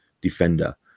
defender